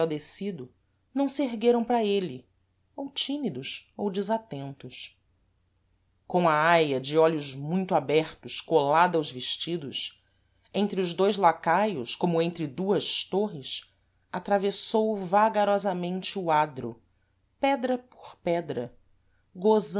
descido não se ergueram para êle ou tímidos ou desatentos com a aia de olhos muito abertos colada aos vestidos entre os dois lacaios como entre duas tôrres atravessou vagarosamente o adro pedra por pedra